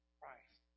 Christ